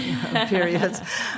periods